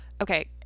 okay